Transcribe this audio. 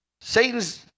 Satan's